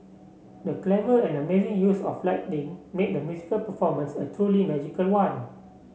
the clever and amazing use of lighting made the musical performance a truly magical one